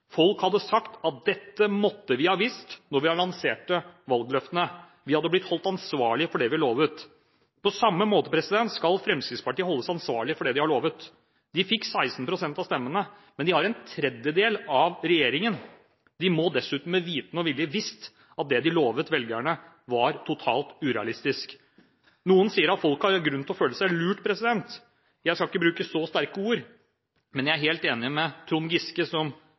Folk hadde sagt at dette måtte vi ha visst da vi lanserte valgløftene. Vi hadde blitt holdt ansvarlig for det vi hadde lovt. På samme måte skal Fremskrittspartiet holdes ansvarlig for det de har lovt. De fikk 16 pst. av stemmene, men de har en tredjedel av regjeringen. De må dessuten ha visst at det de lovte velgerne, var totalt urealistisk. Noen sier at folk har grunn til å føle seg lurt. Jeg skal ikke bruke så sterke ord, men jeg er helt enig med Trond Giske